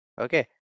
Okay